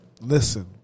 listen